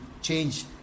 Change